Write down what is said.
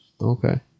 okay